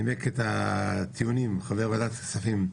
נימק את הטיעונים חבר ועדת הכספים,